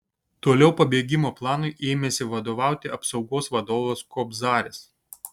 toliau pabėgimo planui ėmėsi vadovauti apsaugos vadovas kobzaris